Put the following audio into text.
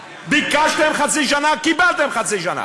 ביקשתם חצי שנה, קיבלתם חצי שנה.